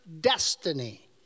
destiny